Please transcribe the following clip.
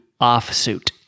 offsuit